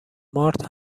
مارت